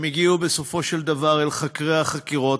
הם הגיעו בסופו של דבר אל חדרי החקירות